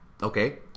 Okay